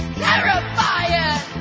terrifying